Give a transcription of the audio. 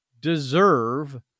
Deserve